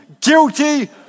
guilty